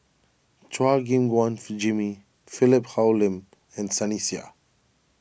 Chua Gim Guan Fi Jimmy Philip Hoalim and Sunny Sia